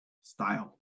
style